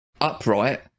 upright